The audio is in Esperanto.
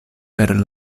per